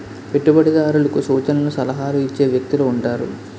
పెట్టుబడిదారులకు సూచనలు సలహాలు ఇచ్చే వ్యక్తులు ఉంటారు